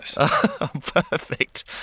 perfect